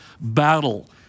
battle